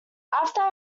after